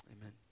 Amen